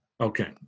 Okay